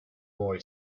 boy